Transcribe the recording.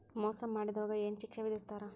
ಮೋಸಾ ಮಾಡಿದವ್ಗ ಏನ್ ಶಿಕ್ಷೆ ವಿಧಸ್ತಾರ?